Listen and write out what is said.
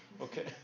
Okay